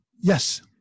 Yes